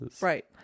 right